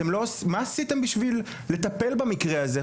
מה עשיתם בשביל לטפל במקרה הזה?